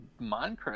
Minecraft